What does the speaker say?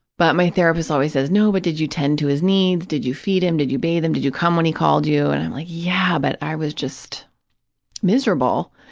but my therapist always says, no, but did you tend to his needs, did you feed him, did you bathe him, did you come when he called you? and i'm like, yeah, but i was just miserable.